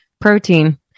protein